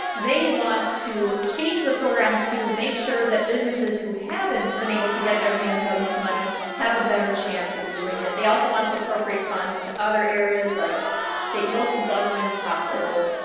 they want to change the program to make sure that businesses who haven't been able to get their hands on this money have a better chance of doing it. they also want to appropriate funds to other areas like state and local governments, hospitals.